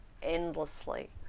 endlessly